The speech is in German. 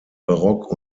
barock